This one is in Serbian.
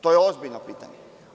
To je ozbiljno pitanje.